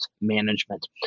Management